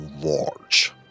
large